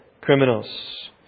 criminals